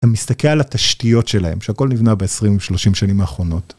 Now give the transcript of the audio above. אתה מסתכל על התשתיות שלהם שהכל נבנה ב-20-30 שנים האחרונות.